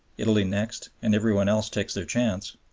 italy next, and every one else takes their chance,